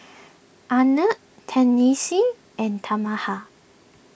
Arnett Tennessee and Tamatha